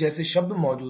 जैसे शब्द मौजूद हैं